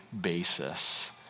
basis